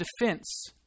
defense